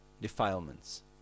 defilements